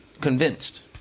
convinced